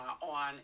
on